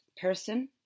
person